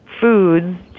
foods